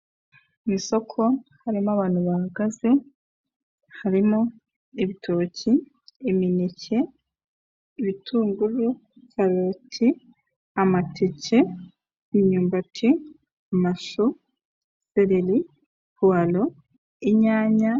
Mu isoko harimo abantu banhagaze harimo ibitoki, imineke, ibitunguru, karoti, amatike imyumbati, amashu, seleri, puwaro inyanya.